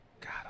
God